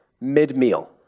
mid-meal